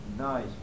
Nice